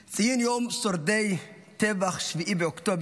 ציון יום שורדי טבח 7 באוקטובר